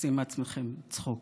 עושים מעצמכם צחוק.